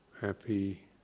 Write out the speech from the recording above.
happy